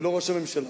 היא לא ראש הממשלה.